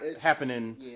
Happening